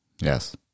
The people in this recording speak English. Yes